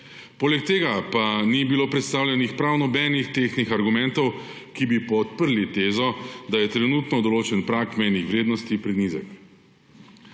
Poleg tega pa ni bilo predstavljenih prav nobenih tehtnih argumentov, ki bi podprli tezo, da je trenutno določen prag mejnih vrednosti prenizek.